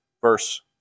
verse